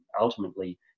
ultimately